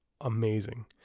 amazing